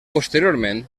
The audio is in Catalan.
posteriorment